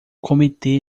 comitê